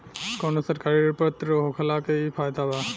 कवनो सरकारी ऋण पत्र होखला के इ फायदा बा